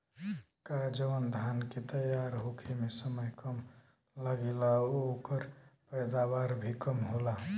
का जवन धान के तैयार होखे में समय कम लागेला ओकर पैदवार भी कम होला?